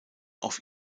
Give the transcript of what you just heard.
auf